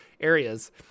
areas